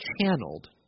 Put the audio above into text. channeled